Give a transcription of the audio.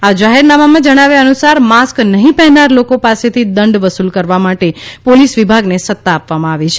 આ જાહેરનામામાં જણાવ્યા અનુસાર માસ્ક નહિ પહેરનાર લોકો પાસેથી દંડ વસુલ કરવા માટે પોલીસ વિભાગને સત્તા આપવામાં આવી છે